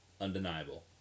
undeniable